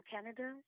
Canada